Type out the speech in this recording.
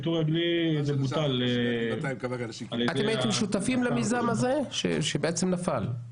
הרגלי בוטל על-ידי -- אתם שותפים למיזם הזה או שהוא נפל?